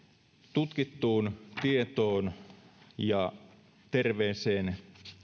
tutkittuun tietoon ja terveeseen